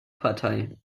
partei